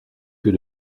que